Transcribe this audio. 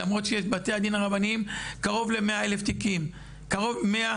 למרות שיש בבתי הדין הרבניים קרוב ל-100,000 תיקים בשנה,